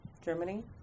Germany